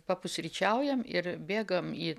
papusryčiaujam ir bėgam į